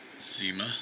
Zima